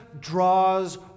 draws